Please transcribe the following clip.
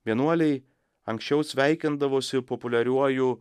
vienuoliai anksčiau sveikindavosi populiariuoju